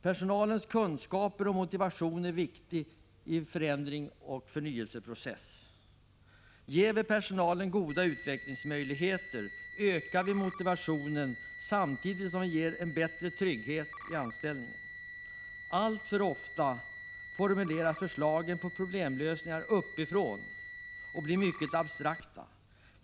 Personalens kunskaper och motivation är viktiga i en förändringsoch förnyelseprocess. Ger vi personalen goda utvecklingsmöjligheter, ökar deras motivation, samtidigt som det ger dem bättre trygghet i anställningen. Alltför ofta formuleras förslagen på problemlösningar uppifrån och blir mycket abstrakta.